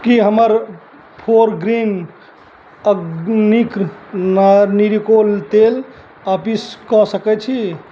कि हमर फोरग्रीन ऑर्गेनिक ना निरिकोल तेल आपस कऽ सकै छी